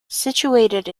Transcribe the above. situated